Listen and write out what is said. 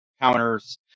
counters